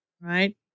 right